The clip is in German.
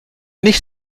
nicht